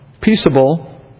peaceable